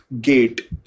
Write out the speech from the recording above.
gate